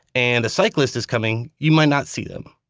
and a cyclist is coming, you might not see them.